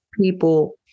people